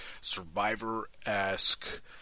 survivor-esque